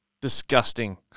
Disgusting